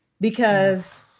because-